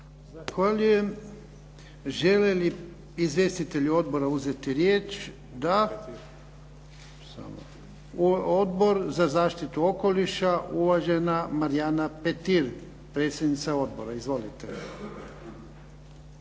Zahvaljujem. Žele li izvjestitelji odbora uzeti riječ? Da. Odbor za zaštitu okoliša, uvažena Marija Petir, predsjednica odbora. Izvolite.